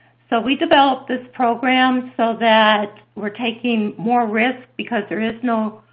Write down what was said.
so we developed this program so that we're taking more risk, because there is no